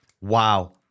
Wow